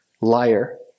liar